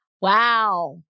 Wow